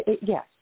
yes